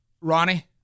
Ronnie